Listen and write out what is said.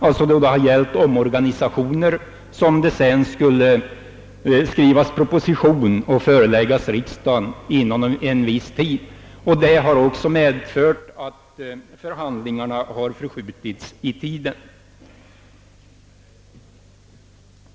Det har alltså gällt omorganisationer som det sedan skulle skrivas proposition på, och denna proposition föreläggas riksdagen inom en viss tid. Detta har också medfört att förhandlingarna förskjutits i tiden.